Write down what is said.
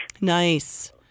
Nice